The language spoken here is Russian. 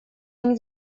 они